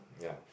ya